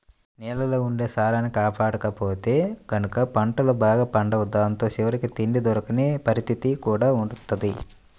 నేలల్లో ఉండే సారాన్ని కాపాడకపోతే గనక పంటలు బాగా పండవు దాంతో చివరికి తిండి దొరకని పరిత్తితి కూడా వత్తది